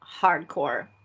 hardcore